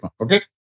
okay